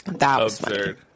absurd